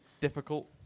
difficult